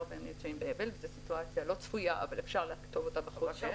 והם נמצאים באבל זו סיטואציה לא צפויה אבל אפשר לכתוב אותה בחוזה,